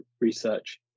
research